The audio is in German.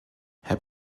herr